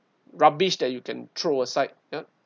rubbish that you can throw aside ya